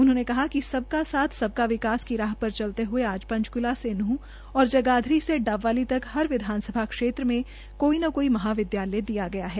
उन्होंने कहा कि सबका साथ सबका विकास की राह पर चलते हुये आज पंचकूला से नूंह और जगाधरी से डबवाली तक हर विधानसभा क्षेत्र में कोई महाविद्यालय दिया गया है